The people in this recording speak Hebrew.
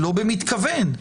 לא במתכוון,